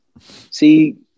see